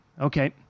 Okay